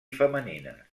femenines